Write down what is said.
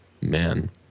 man